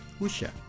Usha